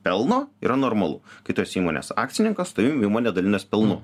pelno yra normalu kai tu esi įmonės akcininkas su tavim įmonė dalinas pelnu